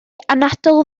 anadl